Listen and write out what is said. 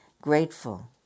grateful